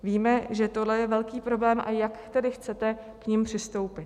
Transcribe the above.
Víme, že tohle je velký problém, a jak tedy chcete k nim přistoupit?